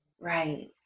Right